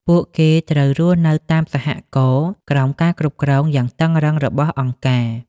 ពួកគេត្រូវរស់នៅតាម សហករណ៍ ក្រោមការគ្រប់គ្រងយ៉ាងតឹងរ៉ឹងរបស់អង្គការ។